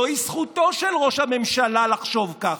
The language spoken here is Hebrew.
זוהי זכותו של ראש הממשלה לחשוב ככה,